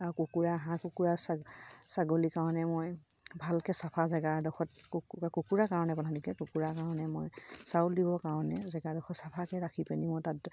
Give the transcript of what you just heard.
আৰু কুকুৰা হাঁহ কুকুৰা ছাগলীৰ কাৰণেও মই ভালকৈ চফা জেগা এডোখৰত কুকুৰা কাৰণে প্ৰধানকৈ কুকুৰাৰ কাৰণে মই চাউল দিবৰ কাৰণে জেগাডোখৰ চাফাকৈ ৰাখি পিনি মই তাত